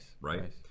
Right